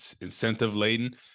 incentive-laden